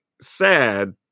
sad